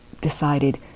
decided